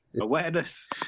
Awareness